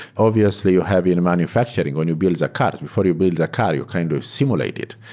obviously, you have you know manufacturing when you build a car. before you build a car, you kind of simulate it,